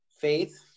Faith